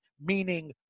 meaning